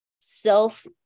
self